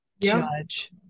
judge